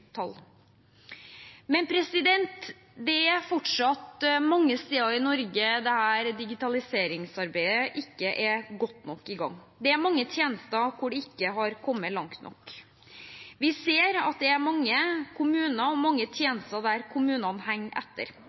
tall. Det er fortsatt mange steder i Norge hvor dette digitaliseringsarbeidet ikke er godt nok i gang. Det er mange tjenester hvor det ikke har kommet langt nok. Vi ser at man henger etter i mange kommuner og med mange tjenester.